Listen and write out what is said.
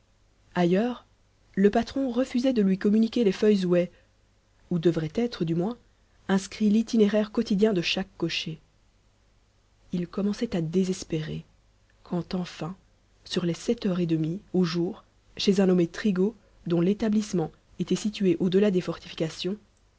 ailleurs le patron refusait de lui communiquer les feuilles où est où devrait être du moins inscrit l'itinéraire quotidien de chaque cocher il commençait à désespérer quand enfin sur les sept heures et demie au jour chez un nommé trigault dont l'établissement était situé au-delà des fortifications